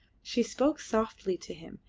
she spoke softly to him,